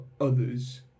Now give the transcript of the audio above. others